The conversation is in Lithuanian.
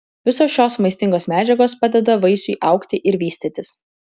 visos šios maistingosios medžiagos padeda vaisiui augti ir vystytis